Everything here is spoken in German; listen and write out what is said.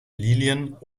lilien